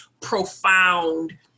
profound